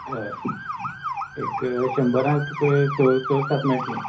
हय एक शंबराक स स सात मेळटली